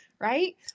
right